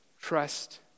trust